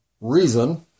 Reason